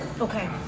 Okay